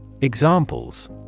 Examples